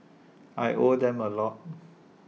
I owe them A lot